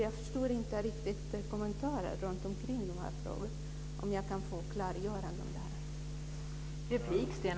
Jag förstår inte riktigt kommentaren kring de frågorna. Jag skulle vilja ha ett klargörande om det.